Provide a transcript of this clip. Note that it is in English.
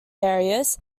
areas